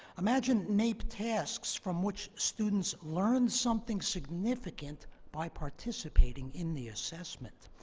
imagine naep tasks from which students learn something significant by participating in the assessment.